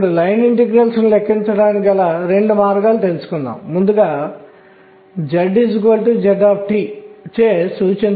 ఇప్పుడు ఈ విలువలు ఏమిటనే ఆధారంగా ఋణాత్మక శక్తి విలువ స్థాయిలు పెరుగుతాయి మరియు ధనాత్మక z కాంపోనెంట్ అంశం విలువలు తగ్గుతాయి